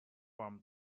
from